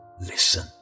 listen